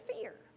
fear